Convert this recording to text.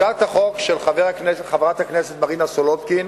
הצעת החוק של חברת הכנסת מרינה סולודקין